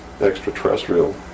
extraterrestrial